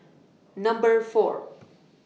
Number four